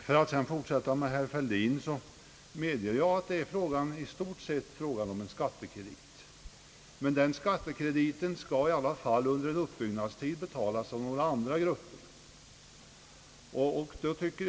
För att fortsätta med herr Fälldin, så medger jag att det i stort sett är fråga om en skattekredit. Men den krediten skall i alla fall under en uppbyggnadstid betalas av andra grupper.